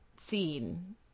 scene